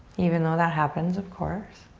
even though that happens, of course.